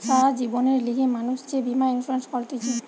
সারা জীবনের লিগে মানুষ যে বীমা ইন্সুরেন্স করতিছে